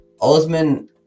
Osman